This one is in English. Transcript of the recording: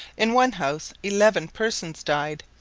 in one house eleven persons died,